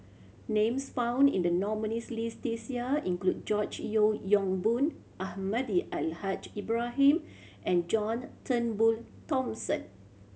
names found in the nominees' list this year include George Yeo Yong Boon Almahdi Al Haj Ibrahim and John Turnbull Thomson